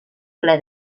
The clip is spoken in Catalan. ple